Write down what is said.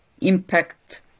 impact